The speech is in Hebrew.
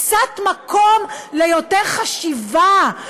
קצת מקום ליותר חשיבה,